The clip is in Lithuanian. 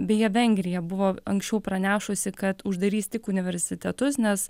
beje vengrija buvo anksčiau pranešusi kad uždarys tik universitetus nes